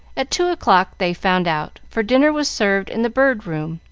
at two o'clock they found out, for dinner was served in the bird room,